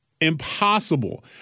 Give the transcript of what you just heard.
impossible